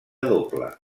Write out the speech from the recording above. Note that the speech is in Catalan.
doble